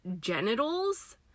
genitals